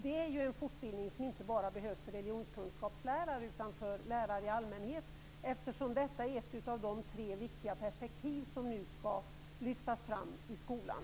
Det är en fortbildning som inte bara behövs för religionskunskapslärare, utan för lärare i allmänhet, eftersom detta är ett av de tre viktiga perspektiv som nu skall lyftas fram i skolan.